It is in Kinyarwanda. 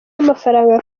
amafaranga